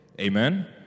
Amen